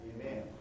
Amen